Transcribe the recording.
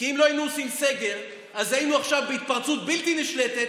כי אם לא היינו עושים סגר אז היינו עכשיו בהתפרצות בלתי נשלטת,